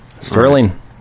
Sterling